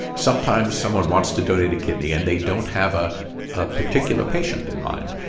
sometimes someone wants to donate a kidney, and they don't have ah a particular patient in mind.